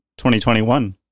2021